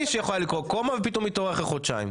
שיכולה לקרות קומה ופתאום התעורר אחרי חודשיים.